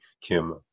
Kim